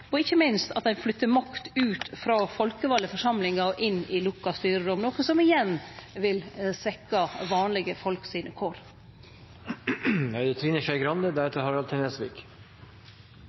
og ikkje minst at ein flytter makt ut frå folkevalde forsamlingar og inn i lukka styrerom, noko som igjen vil svekkje vanlege folk sine kår.